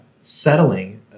settling